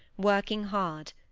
working hard.